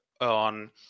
on